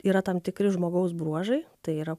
yra tam tikri žmogaus bruožai tai yra